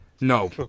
No